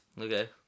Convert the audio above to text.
Okay